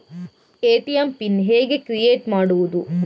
ATM pin ಹೇಗೆ create ಮಾಡುವುದು?